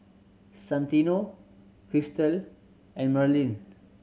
Santino Cristal and Merlin